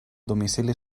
domicili